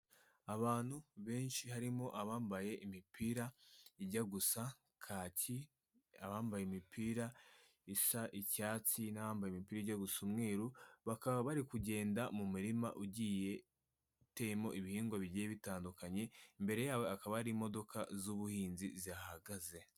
Abantu benshi harimo abambaye imipira ijya gusa kaki, abambaye imipira isa icyatsi n'abambaye imipira ijya gusa umweru, bakaba bari kugenda mu murima ugiye uteyemo ibihingwa bigiye bitandukanye, imbere yabo hakaba hari imodoka z'ubuhinzi zihahagaze.